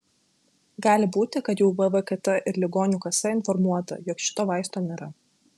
gali būti kad jau vvkt ir ligonių kasa informuota jog šito vaisto nėra